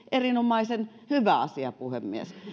erinomaisen hyvä asia puhemies